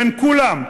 בין כולם,